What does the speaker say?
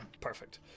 Perfect